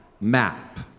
map